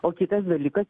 o kitas dalykas